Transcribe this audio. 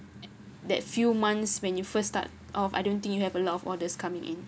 that few months when you first start off I don't think you have a lot of orders coming in